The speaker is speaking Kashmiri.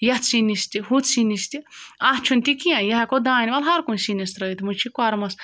یَتھ سِنِس تہِ ہُتھ سِنِس تہِ اَتھ چھُنہٕ تہِ کینٛہہ یہِ ہٮ۪کو دانہِ ہَرکُنہِ سِنِس ترٛٲوِتھ مٔنٛزۍ چھِ کوٚرمَس